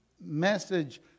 message